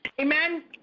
Amen